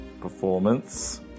performance